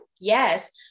Yes